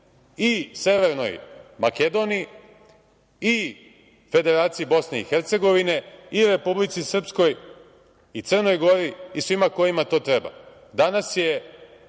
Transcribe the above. i Severnoj Makedoniji i Federaciji Bosne i Hercegovine i Republici Srpskoj i Crnoj Gori i svima kojima to treba. Danas je